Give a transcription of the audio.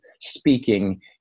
speaking